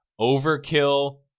Overkill